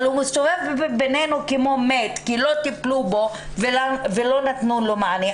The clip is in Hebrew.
אבל הוא מסתובב בינינו כמו מת כי לא טיפלו בו ולא נתנו לו מענה,